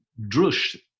Drush